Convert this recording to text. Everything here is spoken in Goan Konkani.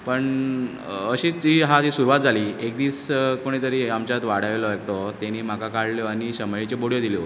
पूण अशीच ती हा ती सुरवात जाली एक दीस कोणी तरी आमच्याच वाड्या वयलो एकटो तेणी म्हाका काडल्यो आनी शामेळिच्यो बडयो दिल्यो